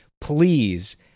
please